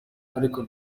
ariko